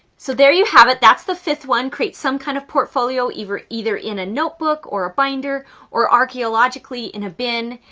so there you have it. that's the fifth one. create some kind of portfolio, either either in a notebook or a binder or archeologically in a bin.